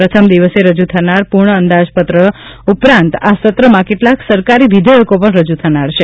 પ્રથમ દિવસે રજુ થનારા પૂર્ણ અંદાજપત્ર ઉપરાંત આ સત્રમાં કેટલાક સરકારી વિધેયકો પણ રજુ થનાર છે